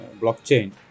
blockchain